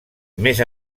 més